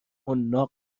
حناق